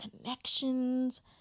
connections